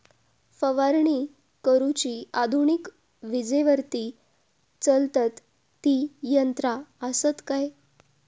फवारणी करुची आधुनिक विजेवरती चलतत ती यंत्रा आसत काय?